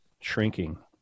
shrinking